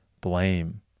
blame